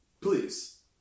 Please